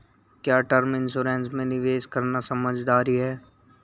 क्या term insurance में निवेश करना समझदारी है?